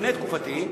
לפני תקופתי,